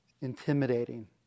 intimidating